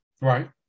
Right